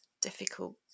difficult